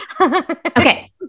Okay